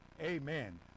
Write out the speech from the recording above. amen